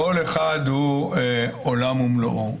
כל אחד הוא עולם ומלואו.